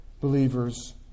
believers